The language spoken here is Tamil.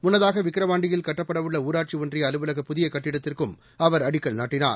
முன்னதாக விக்கிரவாண்டியில் கட்டப்படவுள்ள ஊராட்சி ஒன்றிய அலுவலக புதிய கட்டிடத்திற்கும் அவர் அடிக்கல் நாட்டினார்